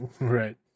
Right